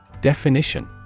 Definition